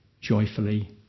joyfully